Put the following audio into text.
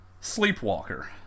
Sleepwalker